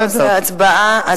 שנעבור להצבעה?